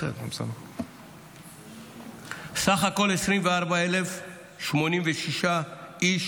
בסך הכול, 24,086 איש